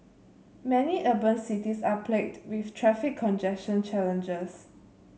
many urban cities are plagued with traffic congestion challenges